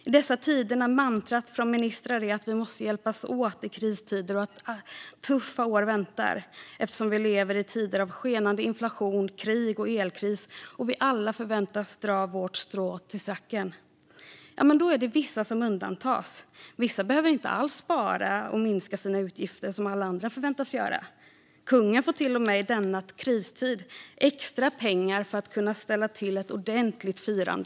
I dessa tider - när mantrat från ministrar är att vi måste hjälpas åt i kristider och att tuffa år väntar eftersom vi lever i tider av skenande inflation, krig och elkris och vi alla förväntas dra vårt strå till stacken - är det vissa som undantas. Vissa behöver inte alls spara och minska sina utgifter som alla andra. Kungen får till och med i denna kristid extra pengar för att kunna ställa till ett ordentligt firande.